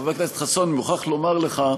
חבר הכנסת חסון, אני מוכרח לומר לך,